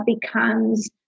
becomes